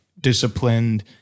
disciplined